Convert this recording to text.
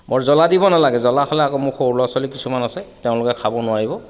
বৰ জলা দিব নালাগে জলা হ'লে আকৌ মোৰ সৰু ল'ৰা ছোৱালী কিছুমান আছে তেওঁলোকে খাব নোৱাৰিব